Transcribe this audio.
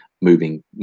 moving